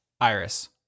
Iris